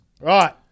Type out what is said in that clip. Right